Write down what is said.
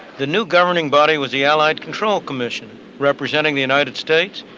the new governing body was the allied control commission, representing the united states,